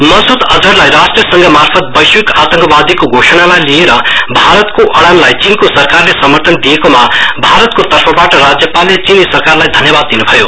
मसुद अजहरलाई राष्ट्र संघमार्फत वैश्विक आतंकवादीको घोषणालाई लिएर भारत सम्वन्धित ऊड़ानलाई चीनको सरकारले समर्थन दिएकोमा भारतको तर्फबाट राज्यपालले चीनी सरकारलाई धन्यवाद दिनुभयो